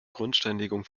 grundsteinlegung